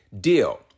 deal